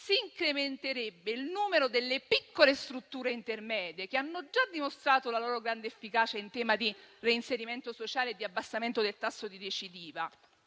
Si incrementerebbe il numero delle piccole strutture intermedie, che hanno già dimostrato la loro grande efficacia in tema di reinserimento sociale e di abbassamento del tasso di recidiva.